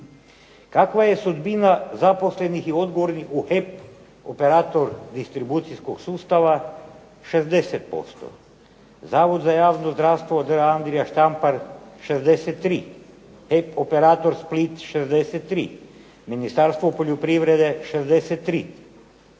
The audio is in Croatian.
Kakva je sudbina zaposlenih i odgovornih u HEP-u operatoru distribucijskog sustava 60%? Zavod za javno zdravstvo Andrija Štampar 63%, HEP operator Split 63%, Ministarstvo poljoprivrede 63%